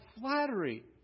flattery